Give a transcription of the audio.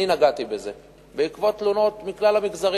אני נגעתי בזה בעקבות תלונות מכלל המגזרים.